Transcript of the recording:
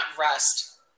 rest